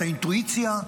את האינטואיציה,